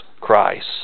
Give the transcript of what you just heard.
Christ